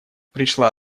пришла